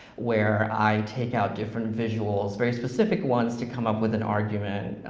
where i take out different visuals, very specific ones to come up with an argument.